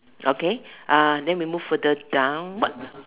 okay uh then we move further down what